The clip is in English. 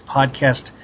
podcast